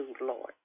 Lord